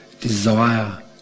desire